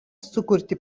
sukurti